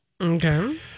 Okay